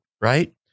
right